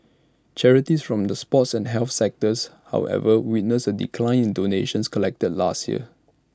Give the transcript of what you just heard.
charities from the sports and health sectors however witnessed A decline in donations collected last year